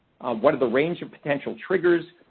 what are the range of potential triggers?